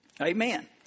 Amen